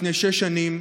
לפני שש שנים,